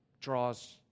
draws